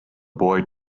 boy